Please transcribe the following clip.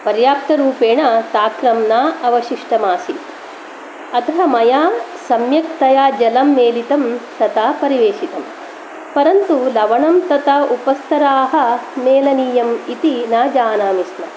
पर्याप्तरूपेण तक्रं न अवशिष्टमासीत् अतः मया सम्यकतया जलं मेलितं तथा परिवेशितम् परन्तु लवणं तथा उपस्तराः मेलनीयम् इति न जानामि स्म